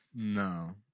No